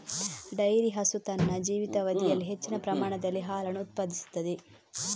dairy ಹಸು ತನ್ನ ಜೀವಿತಾವಧಿಯಲ್ಲಿ ಹೆಚ್ಚಿನ ಪ್ರಮಾಣದಲ್ಲಿ ಹಾಲನ್ನು ಉತ್ಪಾದಿಸುತ್ತದೆ